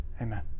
Amen